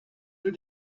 nous